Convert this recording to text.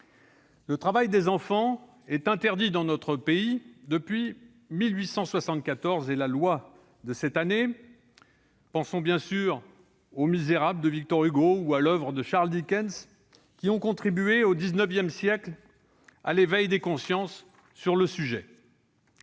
Le travail des enfants est interdit dans notre pays depuis la loi de 1874. Pensons bien sûr aux de Victor Hugo ou à l'oeuvre de Charles Dickens, qui ont contribué, au XIX siècle, à l'éveil des consciences sur ce sujet.